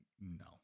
no